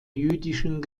jüdischen